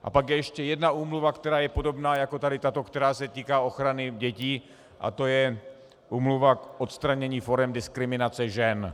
A pak je ještě jedna úmluva, která je podobná jako tady tato, která se týká ochrany dětí, a to je úmluva k odstranění forem diskriminace žen.